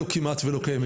או כמעט שלא קיימת.